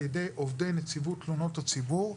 על ידי עובדי נציבות תלונות הציבור,